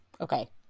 Okay